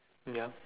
yup